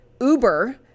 Uber